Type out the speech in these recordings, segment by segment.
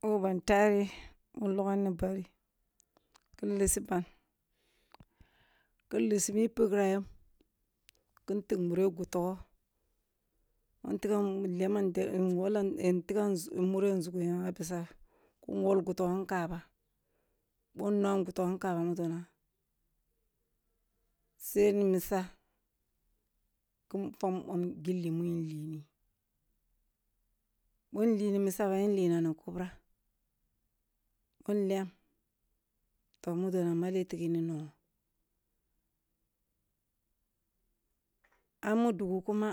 Boh bantareh boh nlogam ni bari kin lissi ban, kin lissi m pigra yam, kin tigh mureh gotogoh, boh intigam leman in wollam in tigam mure nzugu yam a biza kin wol gotogoh nkaba, bom in nuwam goligoh nkaba mudona sai ni misah kin fwa bom gilli mun li. Boh nli ni misah ba nlini kubra boh nliyam toh mudoni maleh tighi ni nongho a mu dugu kuma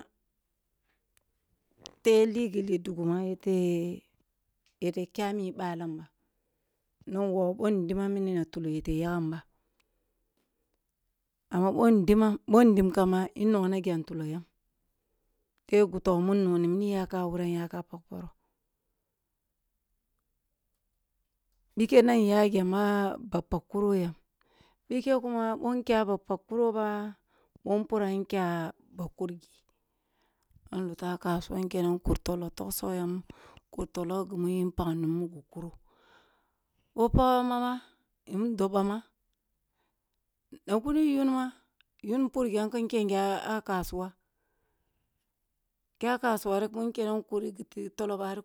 tebeh li gilli dugu ma yet eke a mi balam ba, na wogh boh ndi mam mini na tolo yete yagham ba. Amma boh ndimam boh ndimkamba in nongna gyam tulo yam tebeh gotogoh mu nnuni mini yakam wuram yakam pagh poroh, bikeh na nya gyam a ba pagh kuro yam bikeh kuma boh nkyam a ba paagh kuro ba boh mpuram kya kurgi na luto a kasuwa nkene kur tolo togsogh yam ko tolloh gimi in pagni ni ggi kuro boh pagam bama in dob bam ana kuni yon ma npurgyam kin nyan gyam a kasuwa kya kaasuwa rib oh nkere kur giti tolo bari ba